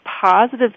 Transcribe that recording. positive